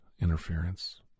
interference